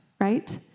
right